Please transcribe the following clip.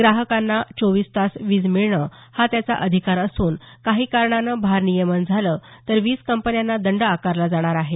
ग्राहकाला चोवीस तास वीज मिळणं हा त्याचा अधिकार असून काही कारणानं भार नियमन झालं तर वीज कंपन्यांना दंड आकारला जाणार आहे